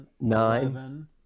nine